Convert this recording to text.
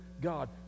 God